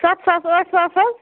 سَتھ ساس ٲٹھ ساس حظ